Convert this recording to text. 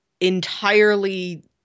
entirely